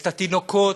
את התינוקות,